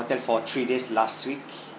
hotel for three days last week